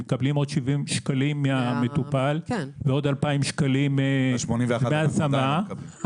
אלא עוד 70 שקלים מהמטופל ועוד 2,000 שקלים דמי השמה.